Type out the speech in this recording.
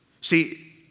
See